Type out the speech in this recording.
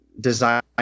design